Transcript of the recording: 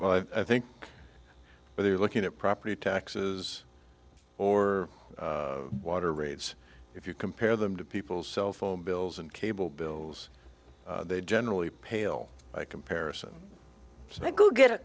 well i think they're looking at property taxes or water rates if you compare them to people's cell phone bills and cable bills they generally pale by comparison so